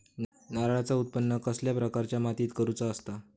नारळाचा उत्त्पन कसल्या प्रकारच्या मातीत करूचा असता?